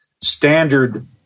standard